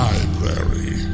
Library